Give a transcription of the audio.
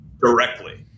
directly